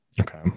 okay